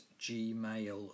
gmail